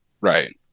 Right